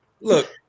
Look